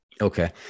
Okay